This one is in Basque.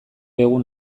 egun